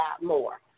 more